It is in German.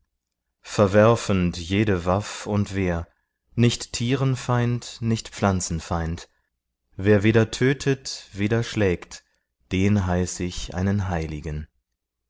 verwerfend jede waff und wehr nicht tieren feind nicht pflanzen feind wer weder tötet weder schlägt den heiß ich einen heiligen